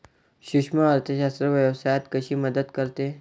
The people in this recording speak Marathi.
सूक्ष्म अर्थशास्त्र व्यवसायात कशी मदत करते?